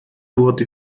wurde